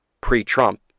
pre-Trump